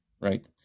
right